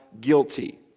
guilty